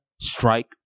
strike